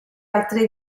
altre